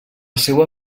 seua